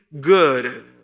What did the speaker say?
good